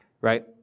right